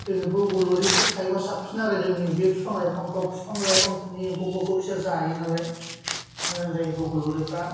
जेरै बग'लरि थायोब्ला साबसिन आरो जोंनि बे बिफां लाइफांफ्राव बिफां लाइफांफोरनि एम्फौ बिसोर जायोनालाय मोजां जायो बग'लरिफ्रा